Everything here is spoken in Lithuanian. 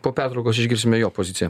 po pertraukos išgirsime jo poziciją